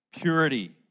purity